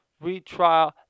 retrial